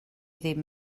ddim